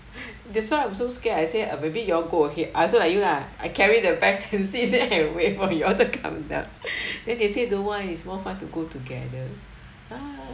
that's why I'm so scared I say uh maybe you all go ahead I also like you lah I carry the bags and sit there and wait for you all to come down then they say don't want it's more fun to go together ah